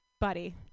buddy